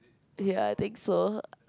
ya I think so